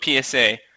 PSA